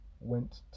went